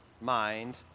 mind